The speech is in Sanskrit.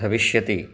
भविष्यति